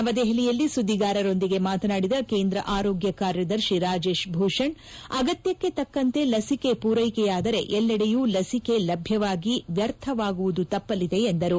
ನವದೆಹಲಿಯಲ್ಲಿ ಸುದ್ದಿಗಾರರೊಂದಿಗೆ ಮಾತನಾಡಿದ ಕೇಂದ್ರ ಆರೋಗ್ಲ ಕಾರ್ಯದರ್ಶಿ ರಾಜೇಶ್ ಭೂಷಣ್ ಅಗತ್ಲಕ್ಷೆ ತಕ್ಕಂತೆ ಲಸಿಕೆ ಪೂರೈಕೆಯಾದರೆ ಎಲ್ಲೆಡೆಯೂ ಲಸಿಕೆ ಲಭ್ಞವಾಗಿ ವ್ಯರ್ಥವಾಗುವುದು ತಪ್ಪಲಿದೆ ಎಂದರು